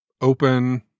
open